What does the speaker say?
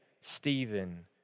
Stephen